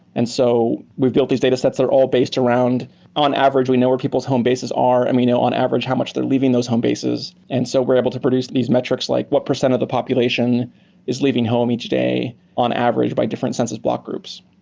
and so we've built these datasets that are all based around on average we know where people's home bases are and we know on average how much they're leaving those home bases. and so we're able to produce these metrics like what percent of the population is leaving home each day on average by different census block groups.